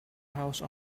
house